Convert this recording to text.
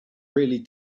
really